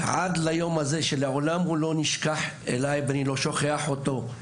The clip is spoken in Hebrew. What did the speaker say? עד ליום הזה שלעולם לא נשכח ואני לא שוכח אותו,